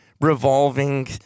revolving